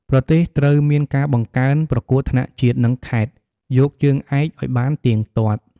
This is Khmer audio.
ប្រទេសត្រូវមានការបង្កើនប្រកួតថ្នាក់ជាតិ និងខេត្ត យកជើងឯក ឲ្យបានទៀងទាត់។